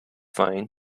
fine